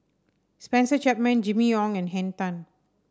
Spencer Chapman Jimmy Ong and Henn Tan